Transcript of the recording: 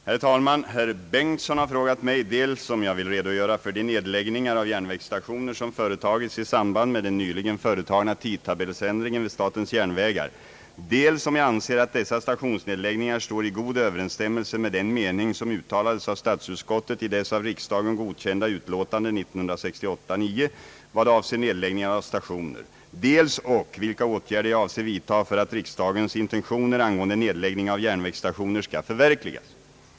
Herr talman! Herr Bengtson har frågat mig dels om jag vill redogöra för de nedläggningar av järnvägsstationer som företagits i samband med den nyligen företagna tidtabellsändringen vid statens järnvägar, dels om jag anser att dessa stationsnedläggningar står i god överensstämmelse med den mening som uttalades av statsutskottet i dess av riksdagen godkända utlåtande 1968:9, vad avser nedläggningar av stationer, dels ock vilka åtgärder jag avser vidta för att riksdagens intentioner angående nedläggning av järnvägsstationer skall förverkligas.